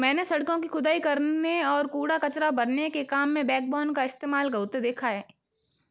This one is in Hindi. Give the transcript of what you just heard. मैंने सड़कों की खुदाई करने और कूड़ा कचरा भरने के काम में बैकबोन का इस्तेमाल होते देखा है